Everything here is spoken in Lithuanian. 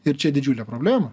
ir čia didžiulė problema